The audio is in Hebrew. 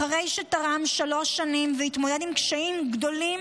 אחרי שתרם שלוש שנים והתמודד עם קשיים גדולים,